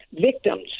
victims